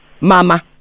Mama